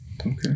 Okay